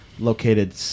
Located